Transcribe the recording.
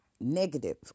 negative